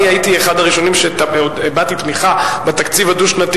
אני הייתי אחד הראשונים שהביעו תמיכה בתקציב הדו-שנתי